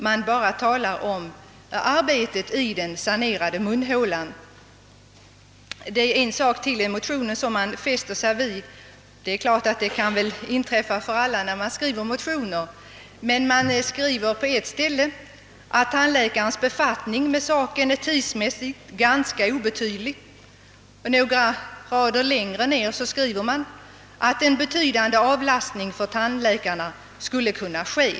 Man bara talar om arbetet i den sanerade munhålan. Det är en sak som man fäster sig vid vid läsningen av motionen. Det står på ett ställe — något sådant kan väl inträffa vid all motionsskrivning — att tandläkarens befattning med saken är tidsmässigt ganska obetydlig, men några rader längre ned heter det att en betydande avlastning för tandläkarna skulle kunna ske.